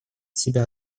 себя